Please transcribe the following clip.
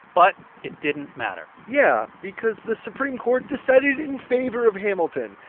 but it didn't matter yeah, because the supreme court decided in favor of hamilton.